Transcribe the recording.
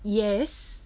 yes